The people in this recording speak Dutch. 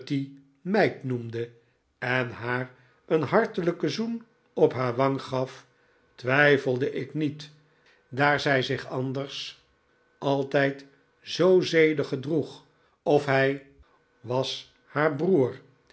meid noemde en haar een hartelijken zoen op haar wang gaf twijfelde ik niet daar zij zich anders altijd zoo zedig gedroeg of hij was haar broer